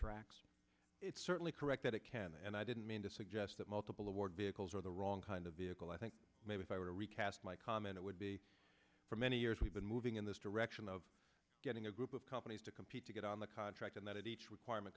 subtracts it's certainly correct that it can and i didn't mean to suggest that multiple award vehicles are the wrong kind of vehicle i think maybe if i were to recast my comment it would be for many years we've been moving in this direction of getting a group of companies to compete to get on the contract and that each requirement